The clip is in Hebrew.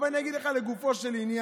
אבל אני אגיד לך לגופו של עניין,